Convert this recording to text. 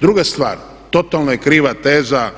Druga stvar, totalno je kriva teza